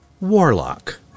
Warlock